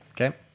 Okay